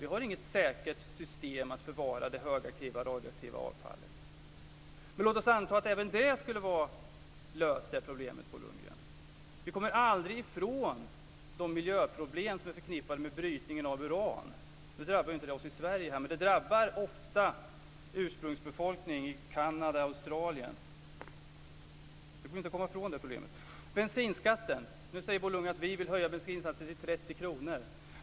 Vi har inget säkert system för att förvara det högaktiva radioaktiva avfallet. Men låt oss anta att även det problemet skulle vara löst, Bo Lundgren. Vi kommer ändå aldrig ifrån de miljöproblem som är förknippade med brytningen av uran. Nu drabbar det inte oss i Sverige, men det drabbar ofta ursprungsbefolkning i Kanada och Australien. Det går inte att komma ifrån det problemet. Nu säger Bo Lundgren att vi vill höja bensinskatten till 30 kr.